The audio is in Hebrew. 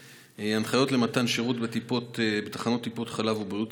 הנחיות למתן שירות בתחנות טיפת חלב ובריאות